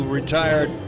retired